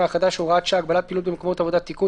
החדש (הוראת שעה) (הגבלת פעילות במקומות עבודה) (תיקון),